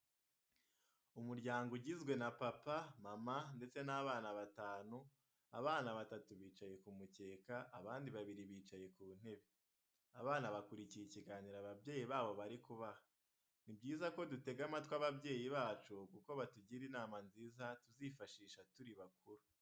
Umuryango ugizwe na papa, mama, ndetse n'abana batanu, abana batatu bicaye ku mukeka, abandi babiri bicaye ku ntebe. Abana bakurikiye ikiganiro ababyeyi babo bari kubaha. Ni byiza ko dutega amatwi ababyeyi bacu, kuko batugira inama nziza tuzifashisha turi bakuru.